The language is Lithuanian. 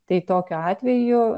tai tokiu atveju